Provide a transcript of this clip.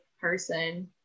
person